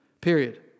period